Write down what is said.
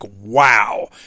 wow